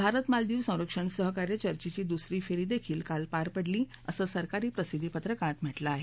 भारत मालदीव संरक्षण सहकार्य चर्चेची दुसरी फेरी देखील काल पार पडली असं सरकारी प्रसिद्धी पत्रकात म्हटलं आहे